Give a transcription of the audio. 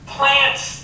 Plants